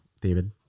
David